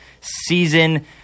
season